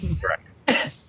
correct